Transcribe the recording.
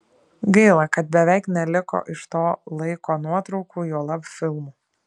gaila kad beveik neliko iš to laiko nuotraukų juolab filmų